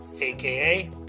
aka